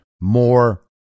more